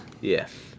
Yes